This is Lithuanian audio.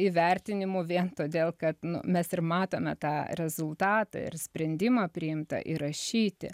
įvertinimų vien todėl kad nu mes ir matome tą rezultatą ir sprendimą priimtą įrašyti